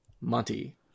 Monty